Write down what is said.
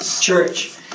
Church